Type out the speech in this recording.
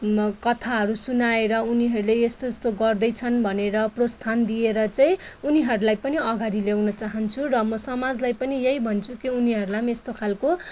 म कथाहरू सुनाएर उनीहरूले यस्तो यस्तो गर्दैछन् भनेर प्रोस्ताहन दिएर चाहिँ उनीहरूलाई पनि अगाडि ल्याउन चाहन्छु र म समाजलाई पनि यही भन्छु कि उनीहरूलाई पनि यस्तो खालको